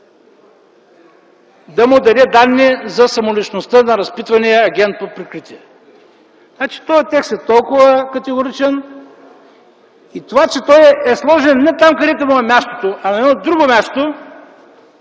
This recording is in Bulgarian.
да им даде данни за самоличността на разпитвания агент под прикритие. Този текст е толкова категоричен и това, че той е сложен не там, където му е мястото, а на друго място,